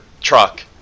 truck